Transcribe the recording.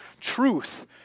Truth